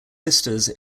sisters